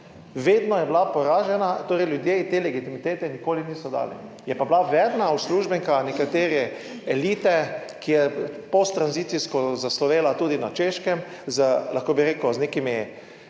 Vedno je bila poražena, torej ljudje te legitimitete nikoli niso dali. Je pa bila verna uslužbenka nekateri elite, ki je posttranzicijsko zaslovela tudi na Češkem z, lahko bi rekel z nekimi